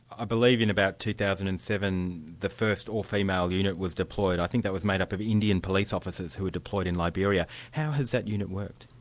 ah believe in about two thousand and seven the first all-female unit was deployed. i think that was made up of indian police officers who were deployed in liberia. how has that unit worked?